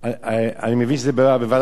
אני מבין שזה בוועדת החוקה,